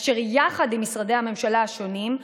אשר יחד עם משרדי הממשלה השונים,